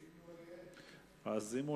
אדוני